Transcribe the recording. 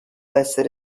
essere